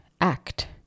act